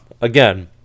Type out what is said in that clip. again